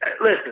Listen